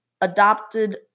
adopted